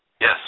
Yes